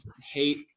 hate